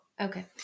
Okay